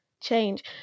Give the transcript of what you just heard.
change